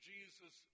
Jesus